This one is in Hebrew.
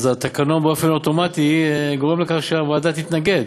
התקנון, באופן אוטומטי, גורם לכך שהוועדה תתנגד.